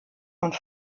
und